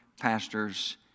pastors